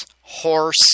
horse